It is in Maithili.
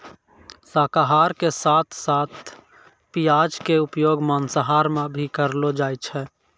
शाकाहार के साथं साथं प्याज के उपयोग मांसाहार मॅ भी करलो जाय छै